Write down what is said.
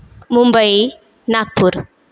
Mumbai Nagpur